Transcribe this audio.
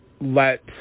let